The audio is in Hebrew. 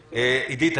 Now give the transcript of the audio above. עדית,